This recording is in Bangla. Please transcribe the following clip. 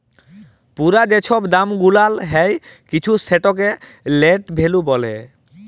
পুরা যে ছব দাম গুলাল হ্যয় কিছুর সেটকে লেট ভ্যালু ব্যলে